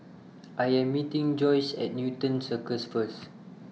I Am meeting Joyce At Newton Circus First